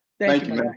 thank you man.